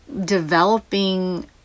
developing